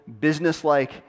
businesslike